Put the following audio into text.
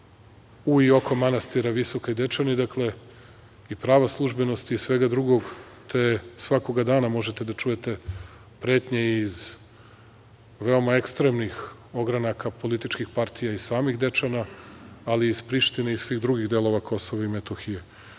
u i oko manastira Visoki Dečani i pravoslužbenosti i svega drugog, te svakako dana možete da čujete pretnje iz veoma ekstremnih ogranaka političkih partija iz samih Dečana, ali i iz Prištine i svih drugih delova Kosova i Metohije. Tu